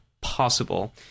possible